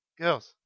girls